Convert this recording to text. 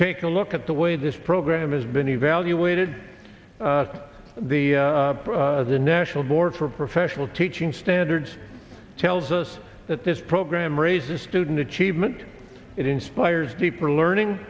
take a look at the way this program has been evaluated the the national board for professional teaching standards tells us that this program raises student achievement it inspires deeper learning